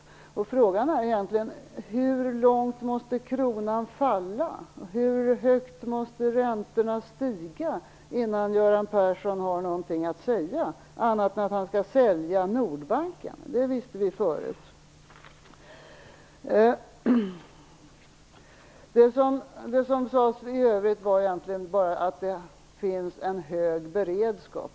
Frågan är egentligen: Hur långt måste kronan falla, hur långt måste räntorna stiga innan Göran Persson har någonting att säga, utom att han skall sälja Nordbanken? Det visste vi förut. Det som sades i övrigt var egentligen bara att det finns en hög beredskap.